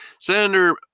Senator